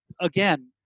again